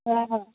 হয় হয়